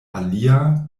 alia